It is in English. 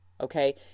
Okay